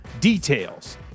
details